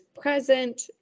present